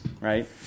right